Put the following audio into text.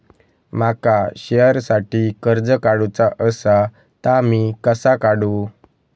माका शेअरसाठी कर्ज काढूचा असा ता मी कसा काढू?